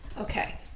Okay